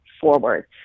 forward